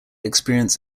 experience